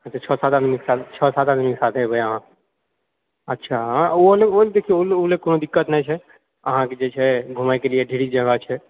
अच्छा छओ सात आदमी छओ सात आदमीके साथ एबै अहाँ अच्छा ओहि लए देखिऔ ओहि लए ओहि लए कोनो दिक्कत नहि छै अहाँकेँ जे छै घुमएके लिअऽ ढेरी जगह छै